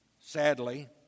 Sadly